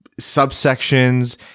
subsections